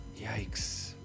Yikes